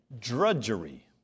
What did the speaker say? drudgery